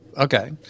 Okay